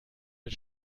mit